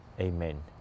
Amen